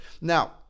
Now